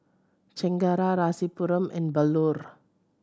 Chengara Rasipuram and Bellur